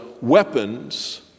weapons